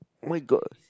my glass